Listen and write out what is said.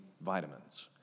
vitamins